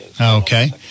Okay